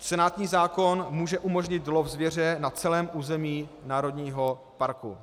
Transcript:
Senátní zákon může umožnit lov zvěře na celém území národního parku.